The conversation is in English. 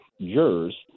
jurors